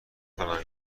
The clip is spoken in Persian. کنم